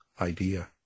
idea